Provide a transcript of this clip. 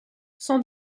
sans